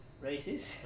races